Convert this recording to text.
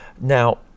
now